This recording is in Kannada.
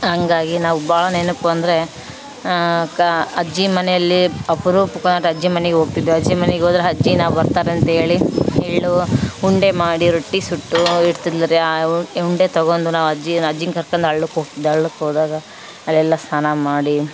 ಹಂಗಾಗಿ ನಾವು ಭಾಳ ನೆನಪು ಅಂದರೆ ಕ ಅಜ್ಜಿ ಮನೆಯಲ್ಲಿ ಅಪರೂಪಕ್ಕೆ ಹೋರ್ ಅಜ್ಜಿ ಮನೆಗೆ ಹೋಗ್ತಿದ್ವಿ ಅಜ್ಜಿ ಮನೆಗ್ ಹೋದ್ರೆ ಅಜ್ಜಿ ನಾವು ಬರ್ತಾರಂತ ಹೇಳಿ ಹೇಳು ಉಂಡೆ ಮಾಡಿ ರೊಟ್ಟಿ ಸುಟ್ಟು ಇರ್ತಿದ್ಲು ರೀ ಅವ್ ಉಂಡೆ ತಗೊಂಡು ನಾವು ಅಜ್ಜಿ ಅಜ್ಜಿನ ಕರ್ಕಂಡ್ ಹಳ್ಳಕ್ಕೆ ಹೋಗ್ತಿದ್ದೆ ಹಳ್ಳಕ್ ಹೋದಾಗ ಅಲ್ಲೆಲ್ಲ ಸ್ನಾನ ಮಾಡಿ